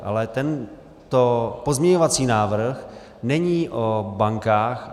Ale tento pozměňovací návrh není o bankách.